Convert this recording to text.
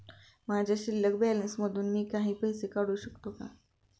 माझ्या शिल्लक बॅलन्स मधून मी काही पैसे काढू शकतो का?